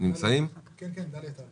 דליה טל,